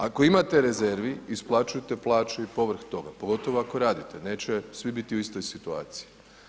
Ako imate rezervi, isplaćujte plaće i povrh, pogotovo ako radite, neće svi biti u istoj situaciji.